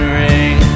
ring